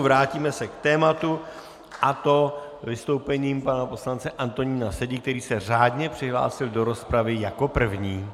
Vrátíme se k tématu, a to vystoupením pana poslance Antonína Sedi, který se řádně přihlásil do rozpravy jako první.